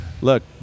Look